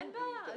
אין בעיה.